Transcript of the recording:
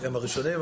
הם הראשונים.